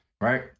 Right